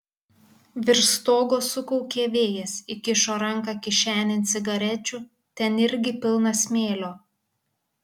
virš stogo sukaukė vėjas įkišo ranką kišenėn cigarečių ten irgi pilna smėlio